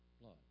blood